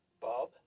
Bob